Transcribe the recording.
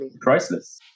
priceless